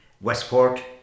Westport